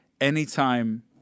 anytime